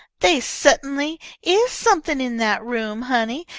they sut'nly is something in that room, honey,